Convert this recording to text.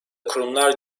kurumlar